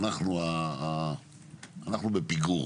אנחנו בפיגור,